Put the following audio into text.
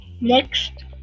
next